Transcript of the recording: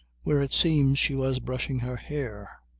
where, it seems, she was brushing her hair.